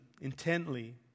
intently